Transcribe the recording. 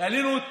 העלינו את